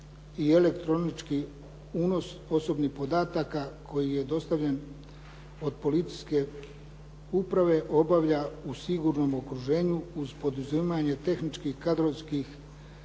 i elektronički unos osobnih podataka koji je dostavljen od policijske uprave obavlja u sigurnom okruženju uz poduzimanje tehničkih, kadrovskih